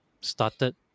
started